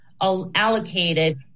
allocated